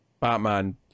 Batman